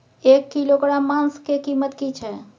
एक किलोग्राम मांस के कीमत की छै?